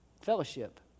fellowship